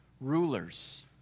rulers